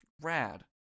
rad